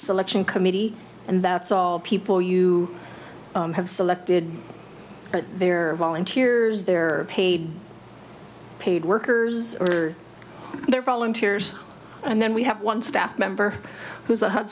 selection committee and that's all people you have selected there are volunteers there are paid paid workers or their volunteers and then we have one staff member who's